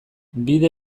bide